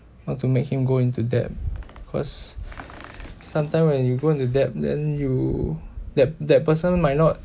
not to make him go into debt cause sometimes when you go into debt then you that that person might not